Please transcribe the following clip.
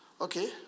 Okay